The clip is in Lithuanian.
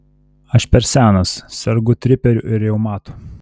aš per senas sergu triperiu ir reumatu